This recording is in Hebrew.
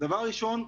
דבר ראשון,